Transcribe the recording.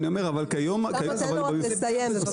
אוסאמה, תן לו לסיים, בבקשה.